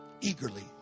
eagerly